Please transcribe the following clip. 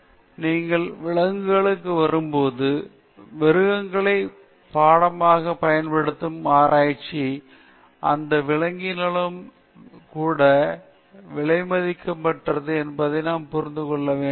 ஆனால் நீங்கள் விலங்குகளுக்கு வரும்போது மிருகங்களைப் பாடமாகப் பயன்படுத்தும் ஆராய்ச்சி அங்கும் அந்த விலங்கினமும் கூட விலைமதிப்பற்றது என்பதை நாம் புரிந்து கொள்ள வேண்டும்